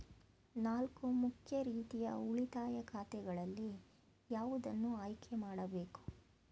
ನಾಲ್ಕು ಮುಖ್ಯ ರೀತಿಯ ಉಳಿತಾಯ ಖಾತೆಗಳಲ್ಲಿ ಯಾವುದನ್ನು ಆಯ್ಕೆ ಮಾಡಬೇಕು?